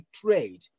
trade